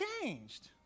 changed